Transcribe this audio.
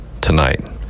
tonight